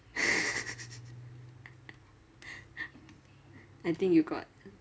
I think you got